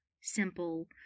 simple